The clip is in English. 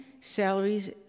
salaries